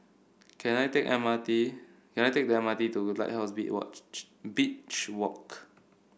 can I take a M R T can I take the M R T to Lighthouse be Beach Walk